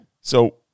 so-